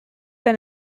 been